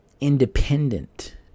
independent